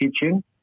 kitchen